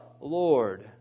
Lord